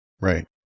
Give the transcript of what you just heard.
Right